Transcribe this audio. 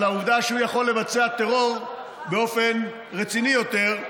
על העובדה שהוא יכול לבצע טרור באופן רציני יותר,